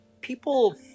people